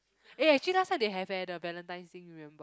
eh actually last time they have eh the Valentine's thing remember